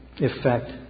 effect